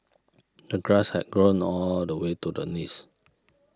the grass had grown all the way to the knees